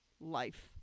Life